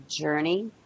journey